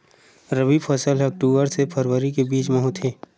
रबी फसल हा अक्टूबर से फ़रवरी के बिच में होथे